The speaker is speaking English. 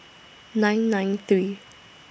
nine nine three